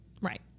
right